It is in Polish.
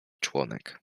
członek